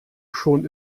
schon